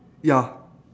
ya